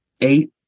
eight